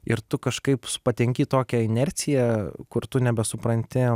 ir tu kažkaip patenki į tokią inerciją kur tu nebesupranti